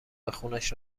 خونش